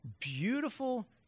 beautiful